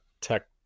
tech